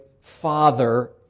Father